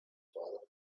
father